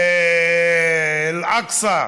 אל-אקצא,